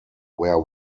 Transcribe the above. where